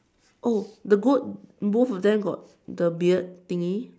oh the goat both of them got the the beard thingy